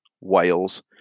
Wales